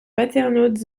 paternotte